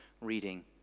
reading